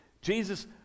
Jesus